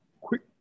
quick